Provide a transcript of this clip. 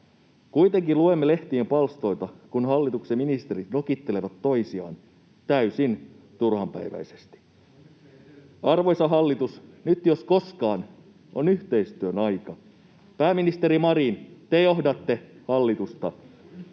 kuitenkin luemme lehtien palstoilta, kun hallituksen ministerit nokittelevat toisiaan täysin turhanpäiväisesti. [Vasemmalta: Onneksi ei edellisessä hallituksessa!] Arvoisa hallitus, nyt, jos koskaan, on yhteistyön aika. Pääministeri Marin, te johdatte hallitusta,